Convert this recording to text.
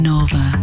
Nova